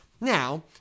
Now